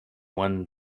one